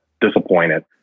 disappointed